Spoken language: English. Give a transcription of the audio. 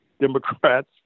Democrats